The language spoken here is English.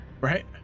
right